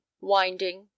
winding